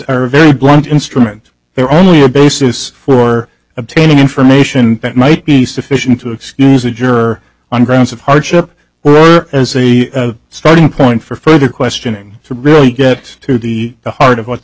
are very blunt instrument their only basis for obtaining information that might be sufficient to excuse a juror on grounds of hardship as a starting point for further questioning to really get to the heart of what the